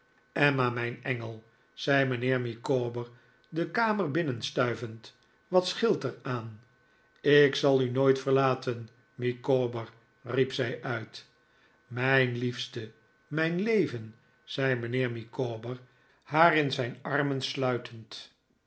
vest emma mijn engel zei mijnheer micawber de kamer binnenstuivend wat scheelt er aan ik zal u nooit verlaten micawber riepzij uit mijn liefste mijn leven zei mijnheer micawber haar in zijn armen sluitend